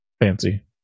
fancy